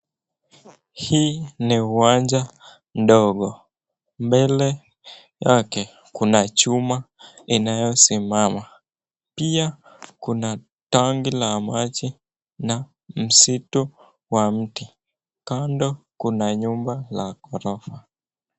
Hii ni uwanja ndogo mbele yake kuna chuma inayosimama pia kuna tenki la maji na msitu wa mti kando kuna nyumba la gorofa.